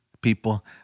people